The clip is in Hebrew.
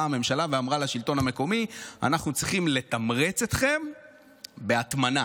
ואמרה לשלטון המקומי: אנחנו צריכים לתמרץ אתכם בהטמנה.